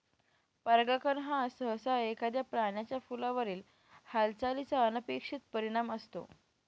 परागकण हा सहसा एखाद्या प्राण्याचा फुलावरील हालचालीचा अनपेक्षित परिणाम असतो